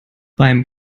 beim